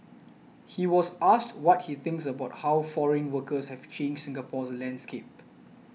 he was asked what he thinks about how foreign workers have changed Singapore's landscape